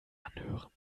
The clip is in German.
anhören